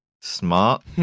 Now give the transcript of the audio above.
smart